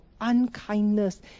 unkindness